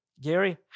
Gary